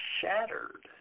shattered